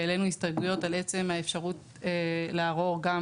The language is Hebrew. והעלינו הסתייגויות על עצם האפשרות לערור גם